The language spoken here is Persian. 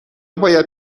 باید